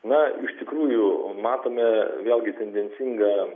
na iš tikrųjų matome vėlgi tendencingą